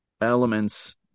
elements